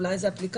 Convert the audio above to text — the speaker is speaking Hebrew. אולי זה אפליקציה,